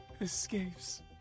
escapes